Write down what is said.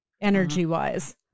energy-wise